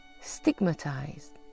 stigmatized